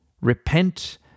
Repent